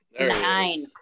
nine